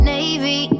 Navy